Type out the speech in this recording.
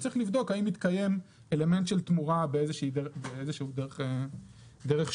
צריך לבדוק האם מתקיים אלמנט של תמורה באיזושהי דרך שונה.